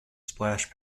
splash